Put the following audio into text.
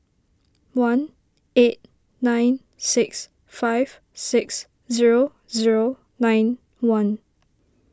one eight nine six five six zero zero nine one